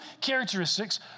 characteristics